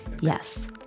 Yes